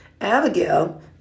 Abigail